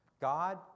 God